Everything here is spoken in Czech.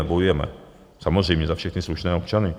Bojujeme samozřejmě za všechny slušné občany.